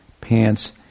pants